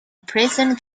prison